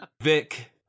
Vic